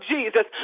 Jesus